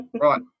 Right